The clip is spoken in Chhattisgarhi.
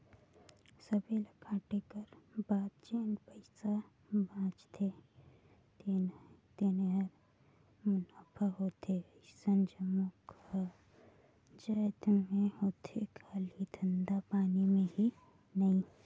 सबे ल कांटे कर बाद जेन पइसा बाचथे तेने हर मुनाफा होथे अइसन जम्मो जाएत में होथे खाली धंधा पानी में ही नई